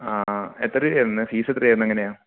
ആ ആ എത്ര രൂപയായിരുന്നു ഫീസെത്രയായിരുന്നു എങ്ങനെയാണ്